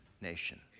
nation